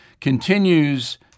continues